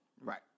Right